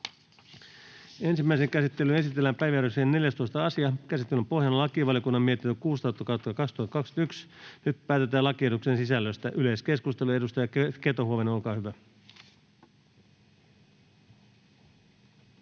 Ensimmäiseen käsittelyyn esitellään päiväjärjestyksen 14. asia. Käsittelyn pohjana on lakivaliokunnan mietintö LaVM 16/2021 vp. Nyt päätetään lakiehdotusten sisällöstä. — Yleiskeskustelu, edustaja Keto-Huovinen, olkaa hyvä.